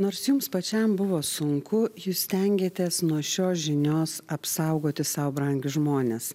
nors jums pačiam buvo sunku jūs stengėtės nuo šios žinios apsaugoti sau brangius žmones